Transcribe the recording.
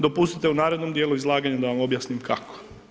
Dopustite u narednom dijelu izlaganja da vam objasnim kako.